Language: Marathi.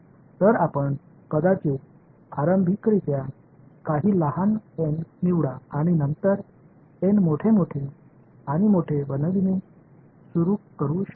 तर आपण कदाचित आरंभिकरित्या काही लहान एन निवडा आणि नंतर एन मोठे आणि मोठे बनविणे सुरू करू शकाल